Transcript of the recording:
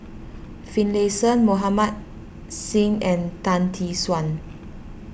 Finlayson Mohammed Singh and Tan Tee Suan